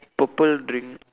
purple drink